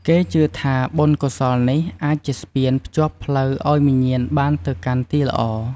គេជឿថា បុណ្យកុសលនេះអាចជាស្ពានភ្ជាប់ផ្លូវឱ្យវិញ្ញាណបានទៅកាន់ទីល្អ។